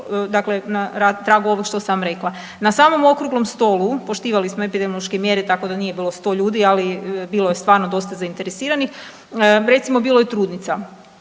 na tragu ovog što sam vam rekla. Na samom okruglom stolu, poštivali smo epidemiološke mjere, tako da nije bilo 100 ljudi, ali bilo je stvarno dosta zainteresiranih, recimo, bilo je trudnica